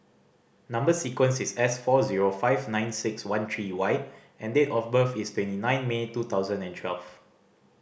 number sequence is S four zero five nine six one three Y and date of birth is twenty nine May two thousand and twelve